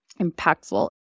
impactful